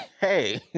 hey